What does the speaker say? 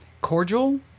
cordial